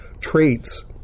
traits